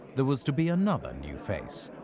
there was to be another new face.